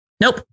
nope